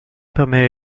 permet